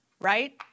Right